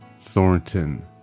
Thornton